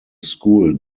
school